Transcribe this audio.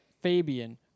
Fabian